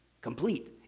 complete